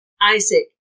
Isaac